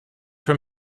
from